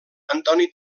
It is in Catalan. antoni